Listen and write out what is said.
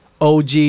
OG